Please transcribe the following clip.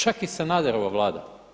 Čak i Sanaderova Vlada.